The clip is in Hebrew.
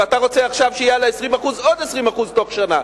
ואתה רוצה שיהיה עכשיו על ה-20% עוד 20% בתוך שנה,